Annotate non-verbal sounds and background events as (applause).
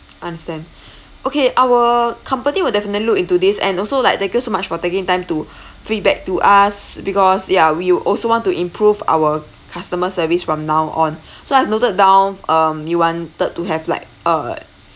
understand okay our company will definitely look into this and also like thank you so much for taking time to (breath) feedback to us because ya we also want to improve our customer service from now on (breath) so I've noted down um you wanted to have like a